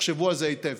תחשבו על זה היטב,